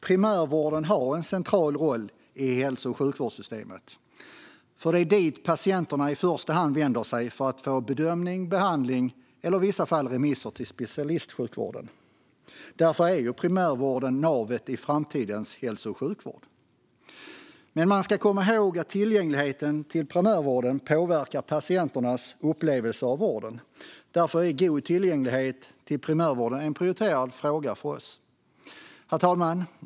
Primärvården har en central roll i hälso och sjukvårdssystemet, för det är dit patienterna i första hand vänder sig för att få bedömning, behandling eller i vissa fall remisser till specialistsjukvården. Därför är primärvården navet i framtidens hälso och sjukvård. Man ska dock komma ihåg att tillgängligheten till primärvården påverkar patienternas upplevelse av vården. Därför är god tillgänglighet till primärvården en prioriterad fråga för oss. Herr talman!